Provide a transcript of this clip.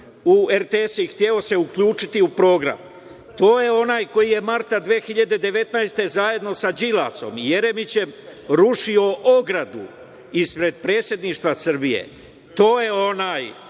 u RTS i hteo se uključiti u program, to je onaj koji je marta 2019. godine zajedno sa Đilasom i Jeremićem rušio ogradu ispred Predsedništva Srbije, to je onaj